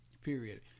period